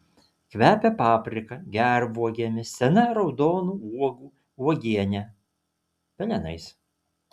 kvepia paprika gervuogėmis sena raudonų uogų uogiene pelenais